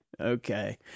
okay